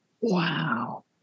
Wow